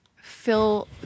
Fill